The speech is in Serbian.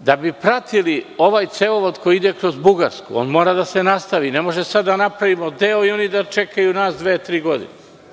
Da bi pratili ovaj cevovod koji ide kroz Bugarsku, on mora da se nastavi. Ne možemo sad da napravimo deo i oni da čekaju nas dve, tri godine.